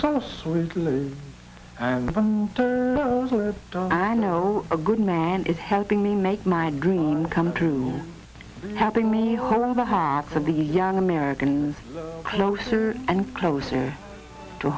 lose and i know a good man is helping me make my dream come true having me or the hearts of the young americans closer and closer to